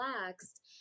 relaxed